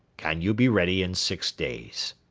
can you be ready in six days?